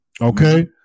Okay